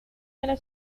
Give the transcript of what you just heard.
era